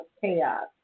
chaos